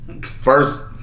First